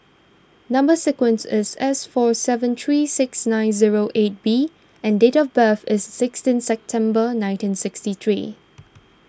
Number Sequence is S four seven three six nine zero eight B and date of birth is sixteen September nineteen sixty three